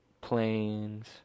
planes